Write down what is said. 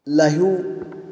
live